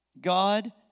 God